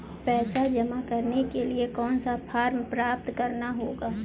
पैसा जमा करने के लिए कौन सा फॉर्म प्राप्त करना होगा?